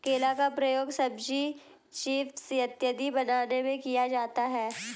केला का प्रयोग सब्जी चीफ इत्यादि बनाने में किया जाता है